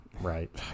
right